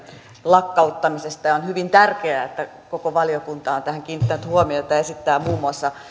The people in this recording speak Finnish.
lakkauttamisesta ja on hyvin tärkeää että koko valiokunta on tähän kiinnittänyt huomiota ja esittää muun muassa